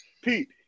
Pete